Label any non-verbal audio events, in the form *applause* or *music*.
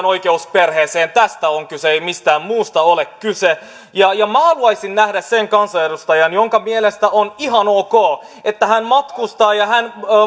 *unintelligible* oikeus perheeseen tästä on kyse ei mistään muusta ole kyse minä haluaisin nähdä sen kansanedustajan jonka mielestä on ihan ok että hän matkustaa ja hän